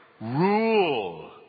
Rule